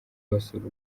basura